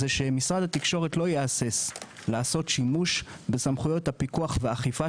שמשרד התקשורת לא יהסס לעשות שימוש בסמכויות הפיקוח והאכיפה